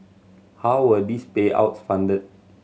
how were these payouts funded